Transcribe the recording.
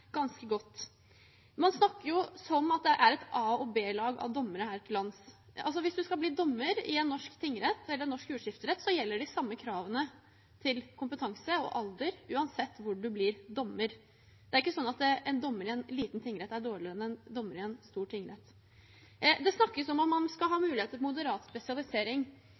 ganske godt. Man snakker som om det er et a- og b-lag av dommere her til lands. Hvis man skal bli dommer i en norsk tingrett eller jordskifterett, gjelder de samme kravene til kompetanse og alder uansett hvor man blir dommer. Det er ikke sånn at en dommer i en liten tingrett er dårligere enn en dommer i en stor tingrett. Det snakkes om at man skal ha mulighet til moderat spesialisering.